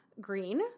green